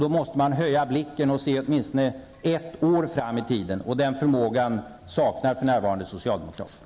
Då måste man höja blicken och se åtminstone ett år framåt i tiden. Den förmågan saknar socialdemokraterna för närvarande.